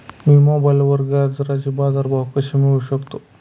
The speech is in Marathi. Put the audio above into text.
मी मोबाईलवर गाजराचे बाजार भाव कसे मिळवू शकतो?